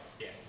yes